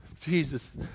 Jesus